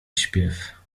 śpiew